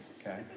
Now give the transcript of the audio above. Okay